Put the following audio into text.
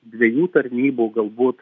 dviejų tarnybų galbūt